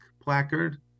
placard